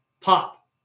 pop